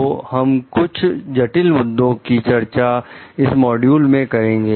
तो हम कुछ जटिल मुद्दों की चर्चा इस मॉड्यूल में करेंगे